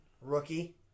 Rookie